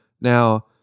Now